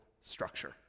structure